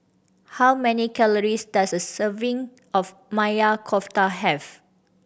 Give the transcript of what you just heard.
how many calories does a serving of Maya Kofta have